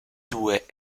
due